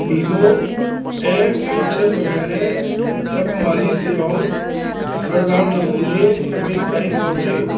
बीमो ऐं पैंशन वग़ैरह सभु माली सेवाउनि असरदार नमूने सभिनी ताईं पहुचे